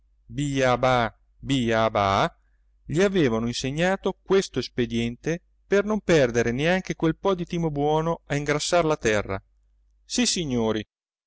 le quali b-a-ba ba ba gli avevano insegnato questo espediente per non perdere neanche quel po di timo buono a ingrassar la terra sissignori